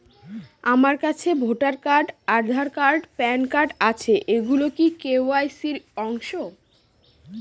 আমার কাছে voter card Aadhaar card PAN card আছে এগুলো কি কে.ওয়াই.সি র অংশ?